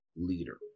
leader